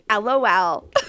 LOL